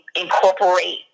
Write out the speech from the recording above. incorporate